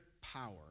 power